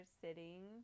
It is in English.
sitting